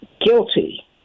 guilty